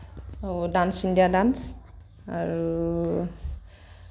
dance India dance আৰু